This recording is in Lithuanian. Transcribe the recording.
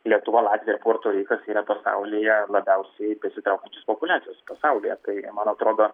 lietuva latvija ir puerto rikas yra pasaulyje labiausiai besitraukiančios populiacijos pasaulyje kai man atrodo